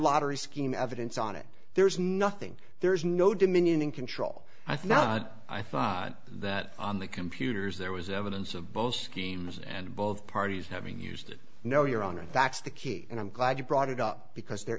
lottery scheme evidence on it there's nothing there's no dominion and control i think not i thought that on the computers there was evidence of both schemes and both parties having used it no your honor backs the key and i'm glad you brought it up because there